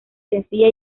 sencilla